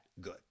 good